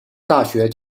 大学